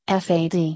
fad